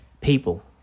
people